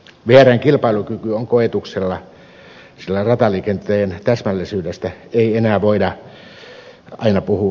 vrn kilpailukyky on koetuksella sillä rataliikenteen täsmällisyydestä ei enää voida aina puhua